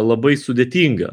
labai sudėtinga